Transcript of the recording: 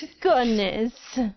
Goodness